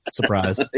surprise